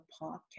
podcast